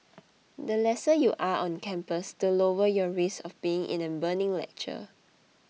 the lesser you are on campus the lower your risk of being in a burning lecture